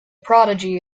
prodigy